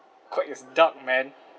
quack is duck man